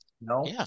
No